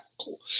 cool